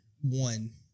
One